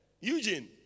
Eugene